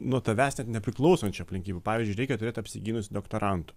nuo tavęs net nepriklausančių aplinkybių pavyzdžiui reikia turėt apsigynusių doktorantų